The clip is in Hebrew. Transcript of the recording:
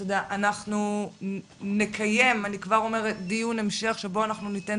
אנחנו נקיים דיון המשך שבו אנחנו ניתן